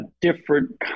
different